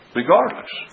regardless